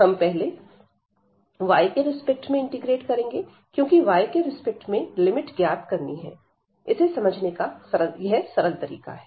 हम पहले y के रिस्पेक्ट में इंटीग्रेट करेंगे क्योंकि y के रिस्पेक्ट में लिमिट ज्ञात करनी है इसे समझने का यह सरल तरीका है